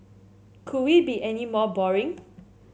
could we be any more boring